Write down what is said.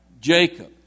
Jacob